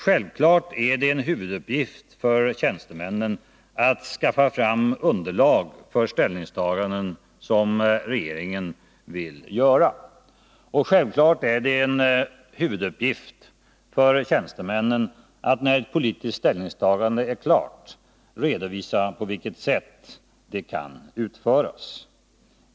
Självfallet är det tjänstemännens huvuduppgift att skaffa fram underlag för de ställningstaganden som regeringen vill göra och att när ett politiskt ställningstagande är klart redovisa på vilket sätt det kan utföras.